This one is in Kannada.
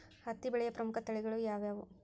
ಹತ್ತಿ ಬೆಳೆಯ ಪ್ರಮುಖ ತಳಿಗಳು ಯಾವ್ಯಾವು?